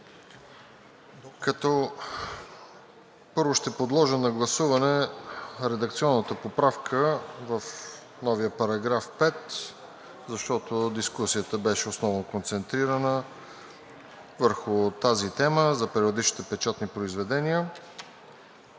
като първо ще подложа на гласуване редакционната поправка в новия § 5, защото дискусията беше основно концентрирана върху тази тема – за периодичните печатни произведения.